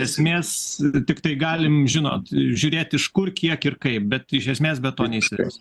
esmės tiktai galim žinot žiūrėti iš kur kiek ir kaip bet iš esmės be to neišsiversim